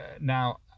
Now